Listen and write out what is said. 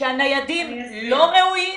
שהניידים לא ראויים?